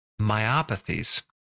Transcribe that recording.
myopathies